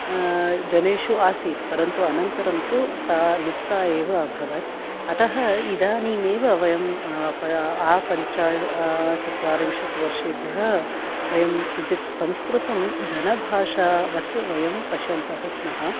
जनेषु आसीत् परन्तु अनन्तरं तु सा लुप्ता एव अभवत् अतः इदानीमेव वयं आपञ्च चत्वारिंशत् वर्षेभ्यः वयं किञ्चित् संस्कृतं जनभाषावत् वयं पश्यन्तः स्मः